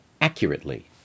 accurately